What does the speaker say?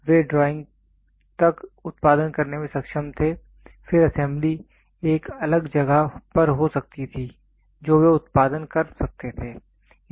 इसलिए वे ड्राइंग तक उत्पादन करने में सक्षम थे और फिर असेंबली एक अलग जगह पर हो सकती थी जो वे उत्पादन कर सकते थे